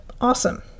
awesome